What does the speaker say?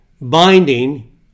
Binding